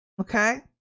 Okay